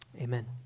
amen